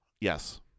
Yes